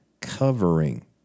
covering